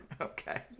okay